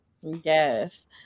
Yes